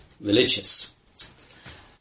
religious